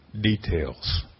details